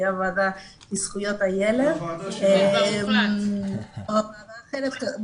זו תהיה הוועדה לזכויות הילד או לוועדה אחרת.